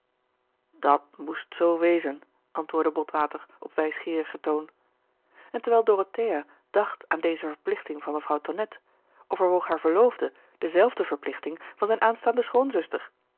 dat moest zoo wezen antwoordde botwater op wijsgeerigen toon en terwijl dorothea dacht aan deze verplichting van mevrouw tonnette overwoog haar verloofde dezelfde verplichting van zijne aanstaande